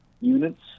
units